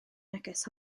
neges